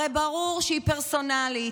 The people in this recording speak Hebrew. הרי ברור שהיא פרסונלית,